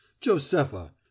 josepha